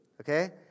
okay